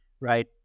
right